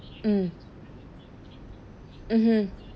mm mmhmm